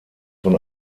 von